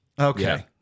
Okay